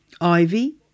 ivy